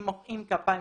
אם מוחאים כפיים,